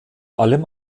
allem